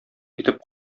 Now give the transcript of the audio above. итеп